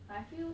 like I feel